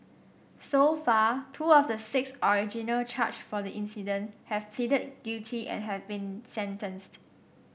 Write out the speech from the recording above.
so far two of the six originally charged for the incident have pleaded guilty and have been sentenced